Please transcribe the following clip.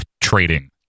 trading